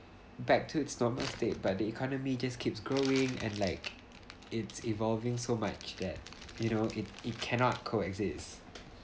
back to its normal state by the economy just keeps growing and like it's evolving so much that you know it it cannot coexist